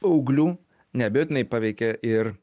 paauglių neabejotinai paveikė ir